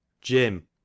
Jim